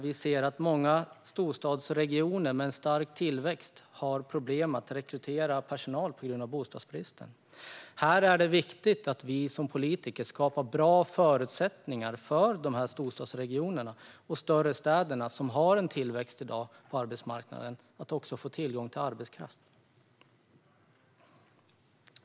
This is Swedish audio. Vi ser att många storstadsregioner med en stark tillväxt har problem med att rekrytera personal på grund av bostadsbristen. Det är viktigt att vi som politiker skapar bra förutsättningar för de storstadsregioner och större städer som har en tillväxt på arbetsmarknaden att få tillgång till arbetskraft.